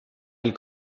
elle